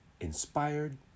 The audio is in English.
Inspired